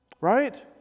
Right